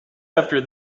after